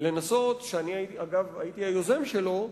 שאני הייתי היוזם שלו,